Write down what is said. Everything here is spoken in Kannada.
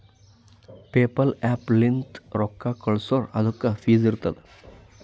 ಪೇಪಲ್ ಆ್ಯಪ್ ಲಿಂತ್ ರೊಕ್ಕಾ ಕಳ್ಸುರ್ ಅದುಕ್ಕ ಫೀಸ್ ಇರ್ತುದ್